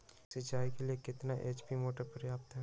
सिंचाई के लिए कितना एच.पी मोटर पर्याप्त है?